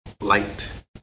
Light